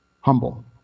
Humble